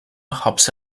hapse